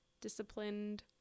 disciplined